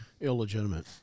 Illegitimate